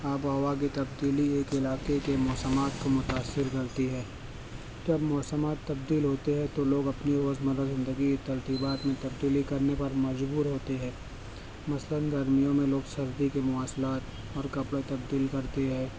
آب و ہوا کی تبدیلی ایک علاقے کے موسمات کو متاثر کرتی ہے جب موسمات تبدیل ہوتے ہیں تو لوگ اپنی روز مرّہ زندگی ترتیبات میں تبدیلی کرنے پر مبجور ہوتی ہے مثلاً گرمیوں میں لوگ سردی کے مواصلات اور کپڑے تبدیل کرتی ہے